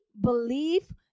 believe